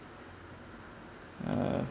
uh